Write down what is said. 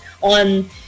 on